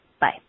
Bye